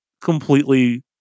completely